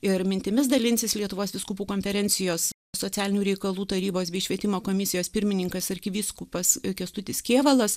ir mintimis dalinsis lietuvos vyskupų konferencijos socialinių reikalų tarybos bei švietimo komisijos pirmininkas arkivyskupas kęstutis kėvalas